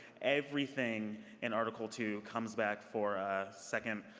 everything in article two comes back for a second